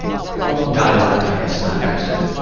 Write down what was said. paul. dialect, i guess. not accent.